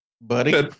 buddy